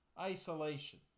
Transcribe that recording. isolation